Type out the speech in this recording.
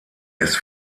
ist